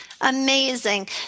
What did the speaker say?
Amazing